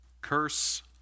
Curse